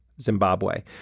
Zimbabwe